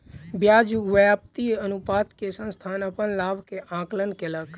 ब्याज व्याप्ति अनुपात से संस्थान अपन लाभ के आंकलन कयलक